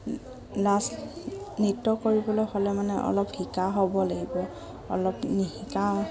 লাজ নৃত্য কৰিবলৈ হ'লে মানে অলপ শিকা হ'ব লাগিব অলপ নিশিকা